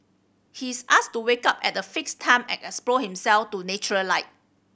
he is asked to wake up at a fixed time and expose himself to natural light